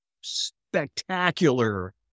spectacular